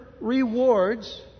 rewards